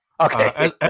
Okay